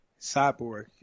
Cyborg